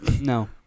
No